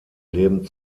leben